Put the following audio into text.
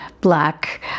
black